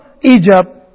Egypt